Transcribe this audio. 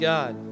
God